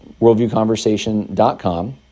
worldviewconversation.com